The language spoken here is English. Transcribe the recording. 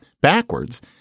backwards